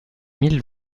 mille